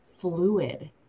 fluid